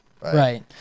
Right